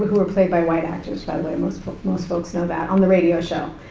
who were played by white actors, by the way, most folks most folks know that, on the radio show,